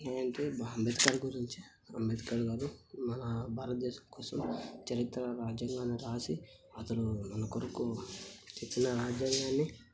ఏంటి అంబేద్కర్ గురించి అంబేద్కర్ గారు మన భారతదేశం కోసం చరిత్ర రాజ్యాంగాన్ని వ్రాసి అతను మన కొరకు చెప్పిన రాజ్యాంగాన్ని